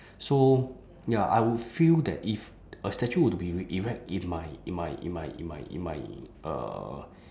so ya I would feel that if a statue would be erect in my in my in my in my in my uh